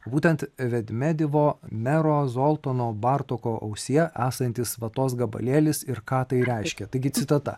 būtent vedmedivo mero zoltono bartoko ausyje esantis vatos gabalėlis ir ką tai reiškia taigi citata